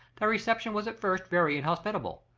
their reception was at first very inhospitable,